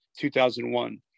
2001